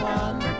one